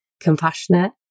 compassionate